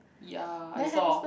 ya I saw